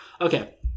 Okay